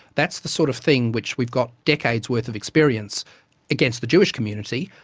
that's the sort of thing which we've got decades worth of experience against the jewish community.